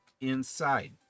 inside